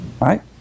Right